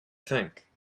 think